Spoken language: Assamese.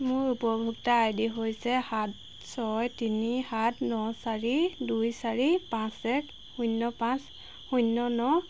মোৰ উপভোক্তা আইডি হৈছে সাত ছয় তিনি সাত ন চাৰি দুই চাৰি পাঁচ এক শূন্য পাঁচ শূন্য ন